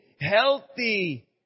Healthy